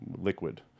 liquid